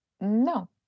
No